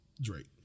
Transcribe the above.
Drake